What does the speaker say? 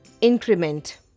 increment